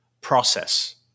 process